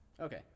Okay